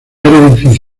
edificios